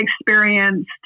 experienced